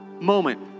moment